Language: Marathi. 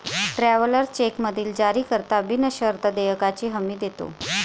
ट्रॅव्हलर्स चेकमधील जारीकर्ता बिनशर्त देयकाची हमी देतो